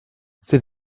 c’est